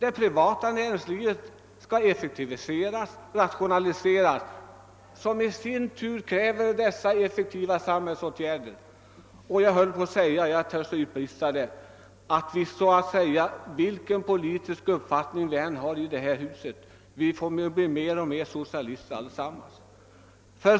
Det privata näringslivet skall effektiviseras och rationaliseras, och det kräver i sin tur effektiva samhällsåtgärder. Vi må ha vilken politisk uppfattning som helst i detta hus, vi kommer ändå allesammans att mer och mer bli socialister.